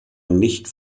nicht